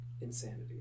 Insanity